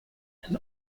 and